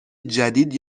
جدید